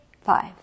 five